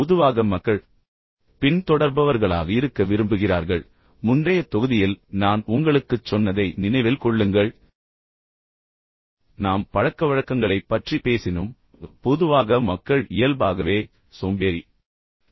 பொதுவாக மக்கள் பின்தொடர்பவர்களாக இருக்க விரும்புகிறார்கள் முந்தைய தொகுதியில் நான் உங்களுக்குச் சொன்னதை நினைவில் கொள்ளுங்கள் நாம் பழக்கவழக்கங்களைப் பற்றி பேசினோம் பொதுவாக மக்கள் இயல்பாகவே சோம்பேறி என்று நான் சொன்னேன்